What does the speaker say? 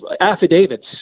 affidavits